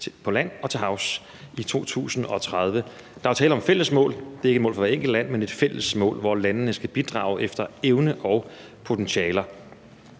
på land og til havs i 2030. Der er jo tale om fælles mål – det er ikke et mål for hver enkelt land, men et fælles mål, hvor landene skal bidrage efter evne og potentiale.